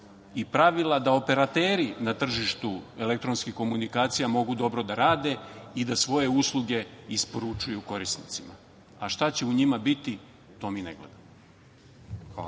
i pravila da operateri na tržištu elektronskih komunikacija mogu dobro da rade i da svoje usluge isporučuju korisnicima, a šta će u njima biti, to mi ne gledamo.